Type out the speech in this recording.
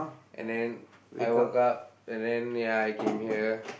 and then I woke up and then ya I came here